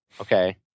Okay